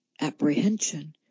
apprehension